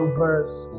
verse